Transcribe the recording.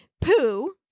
poo